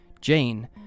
Jane